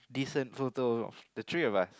decent photo of the three of us